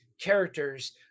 characters